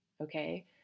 Okay